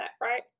right